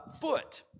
foot